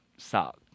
suck